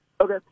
Okay